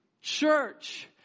Church